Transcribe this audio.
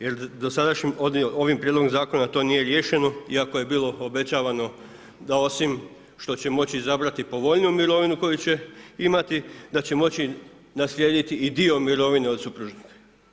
Jer dosadašnjim ovim Prijedlogom zakona to nije riješeno iako je bilo obećavano da osim što će moći izabrati povoljniju mirovinu koju će imati da će moći naslijediti i dio mirovine od supružnika.